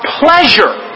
pleasure